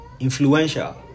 influential